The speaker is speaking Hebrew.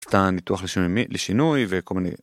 אתה ניתוח לשינוי וכל מיני.